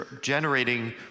generating